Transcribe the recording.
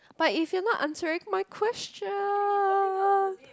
but if your not answering my question